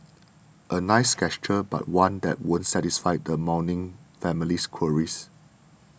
a nice gesture but one that won't satisfy the mourning family's queries